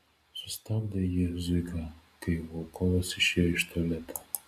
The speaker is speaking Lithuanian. sustabdė jį zuika kai volkovas išėjo iš tualeto